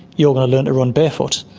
you're going to learn to run barefoot,